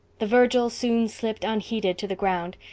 the virgil soon slipped unheeded to the ground,